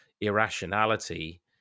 irrationality